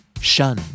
Shun